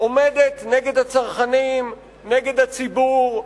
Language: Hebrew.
עומדת נגד הצרכנים, נגד הציבור.